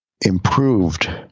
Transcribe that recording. improved